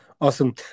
Awesome